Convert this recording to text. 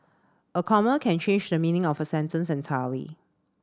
a comma can change the meaning of a sentence entirely